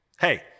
Hey